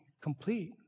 complete